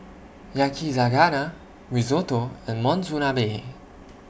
Yakizakana Risotto and Monsunabe